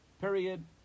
Period